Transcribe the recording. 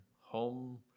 home